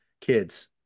kids